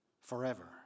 forever